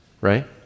right